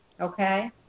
Okay